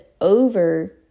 over